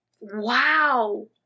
Wow